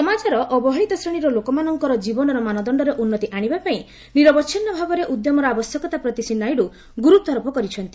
ସମାଜର ଅବହେଳିତ ଶ୍ରେଣୀର ଲୋକମାନଙ୍କର ଜୀବନର ମାନଦଣ୍ଡରେ ଉନ୍ନତି ଆଣିବାପାଇଁ ନିରବଚ୍ଛିନ୍ନ ଭାବରେ ଉଦ୍ୟମର ଆବଶ୍ୟକତା ପ୍ରତି ଶ୍ରୀ ନାଇଡୁ ଗୁରୁତ୍ୱ ଆରୋପ କରିଛନ୍ତି